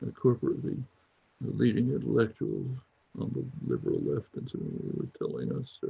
ah corporately, the leading intellectuals on the liberal left and were telling us,